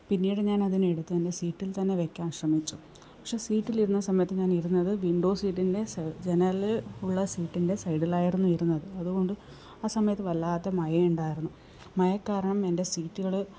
പിന്നീട് ഞാനതിനെ എടുത്ത് എൻ്റെ സീറ്റിൽ തന്നെ വെക്കാൻ ശ്രമിച്ചു പക്ഷെ സീറ്റിലിരുന്ന സമയത്ത് ഞാൻ ഇരുന്നത് വിൻഡോ സീറ്റിൻ്റെ സ ജനല് ഉള്ള സീറ്റിൻ്റെ സൈഡിലായിരുന്നു ഇരുന്നത് അതുകൊണ്ട് ആ സമയത്ത് വല്ലാതെ മഴ ഉണ്ടായിരുന്നു മഴ കാരണം എൻ്റെ സീറ്റുകള്